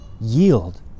yield